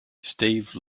steve